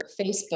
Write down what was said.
Facebook